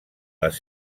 les